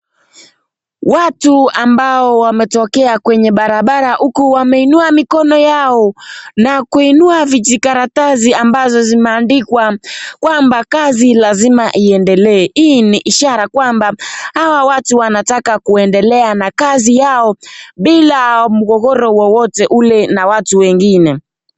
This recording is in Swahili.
Watu ambao wametokea kwenye barabara huku wameinua mikono yao na kuinua vijikaratasi ambazo zimeandikwa kwamba kazi lazima iendele hii ishara kwamba hawa watu wanataka kuendelea na kazi yao bila mgogoro wowote hule na watu wengine